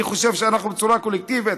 אני חושב שאנחנו בצורה קולקטיבית,